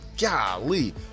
golly